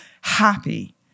happy